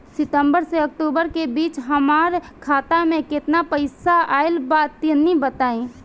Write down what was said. सितंबर से अक्टूबर के बीच हमार खाता मे केतना पईसा आइल बा तनि बताईं?